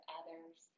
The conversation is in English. others